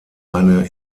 eine